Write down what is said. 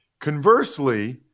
Conversely